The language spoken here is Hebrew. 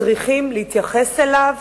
צריכים להתייחס אליו